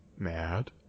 mad